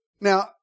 Now